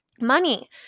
money